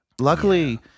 luckily